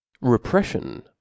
repression